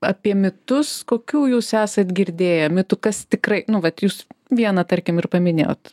apie mitus kokių jūs esat girdėję mitų kas tikrai nu vat jus vieną tarkim ir paminėjot